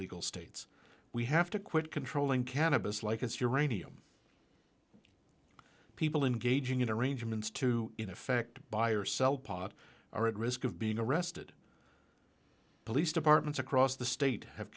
legal states we have to quit controlling cannabis like its uranium people engaging in arrangements to in effect buy or sell pot are at risk of being arrested police departments across the state have